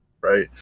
right